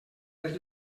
les